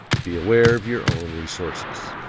be aware of your own resources.